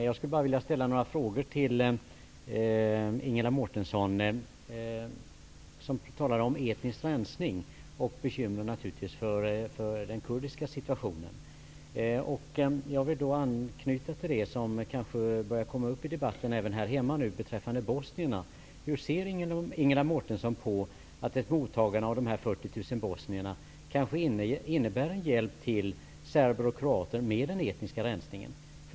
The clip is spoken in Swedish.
Herr talman! Jag vill bara ställa några frågor till Ingela Mårtensson, som talar om etnisk rensning och bekymren för den kurdiska situationen. Jag vill då anknyta till det som börjar komma upp i debatten även här hemma beträffande bosnierna: Hur ser Ingela Mårtensson på att ett mottagande av de 40 000 bosnierna kanske innebär en hjälp till serber och kroater med den etniska rensningen?